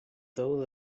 though